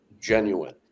genuine